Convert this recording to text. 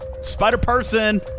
Spider-Person